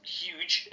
huge